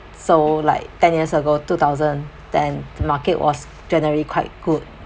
so like ten years ago two thousand ten the market was generally quite good